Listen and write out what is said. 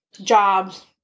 jobs